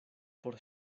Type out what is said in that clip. por